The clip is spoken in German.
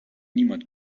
niemand